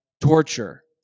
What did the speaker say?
torture